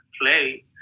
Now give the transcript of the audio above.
play